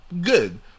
good